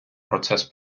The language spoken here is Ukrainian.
процес